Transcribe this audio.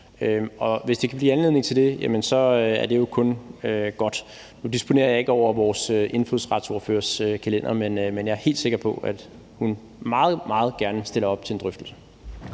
hvis det kan give anledning til det, så er det jo kun godt. Nu disponerer jeg ikke over vores indfødsretsordførers kalender, men jeg er helt sikker på, at hun meget, meget gerne stiller op til en drøftelse.